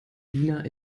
diener